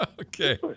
Okay